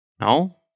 No